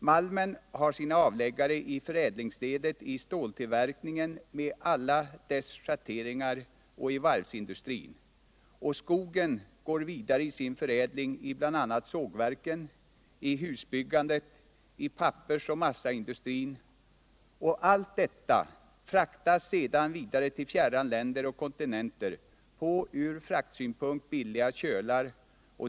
Malmen har sina avläggare i förädlingsledet i ståltillverkningen med alla dess schatteringar och i varvsindustrin, och skogen går vidare i sin förädling i bl.a. sågverken, i husbyggandet, i pappersoch massaindustrin, och alltsammans fraktas sedan vidare till fjärran länder och kontinenter på ur fraktsynpunkt billiga kölar.